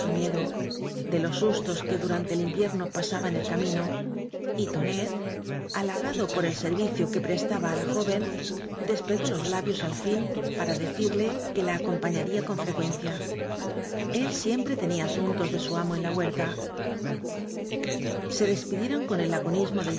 miedo de los sustos que durante el invierno pasaba en el camino y tonet halagado por el servicio que prestaba á la joven despegó los labios al fin para decir la que la acompañaría con frecuencia el siem pre tenía asuntos de su amo en la huerta se despidieron con el laconismo del día